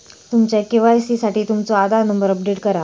तुमच्या के.वाई.सी साठी तुमचो आधार नंबर अपडेट करा